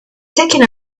taking